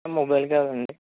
mobile కావాలండి